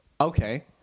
Okay